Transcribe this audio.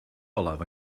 olaf